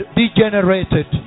degenerated